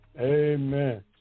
Amen